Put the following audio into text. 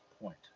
point